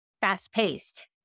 fast-paced